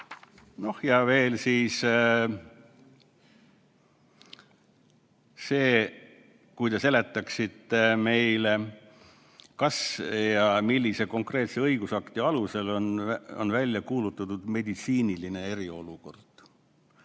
Ja veel see: kui te seletaksite meile, kas ja millise konkreetse õigusakti alusel on välja kuulutatud meditsiiniline eriolukord?